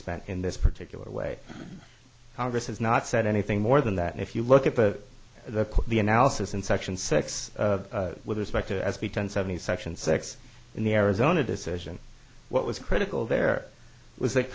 spent in this particular way congress has not said anything more than that if you look at the the the analysis in section six with respect to as between seventy section six in the arizona decision what was critical there was